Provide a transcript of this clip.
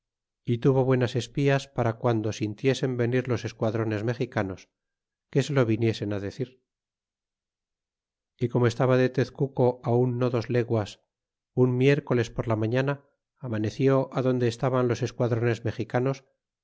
y tuvo buenas espías para guando sintiesen venir los esquadrones mexicanos que se lo viniesen decir y como estaba de tezcuco aun no dos leguas un miércoles por la mañana amaneció adonde estaban los esquadrones mexicanos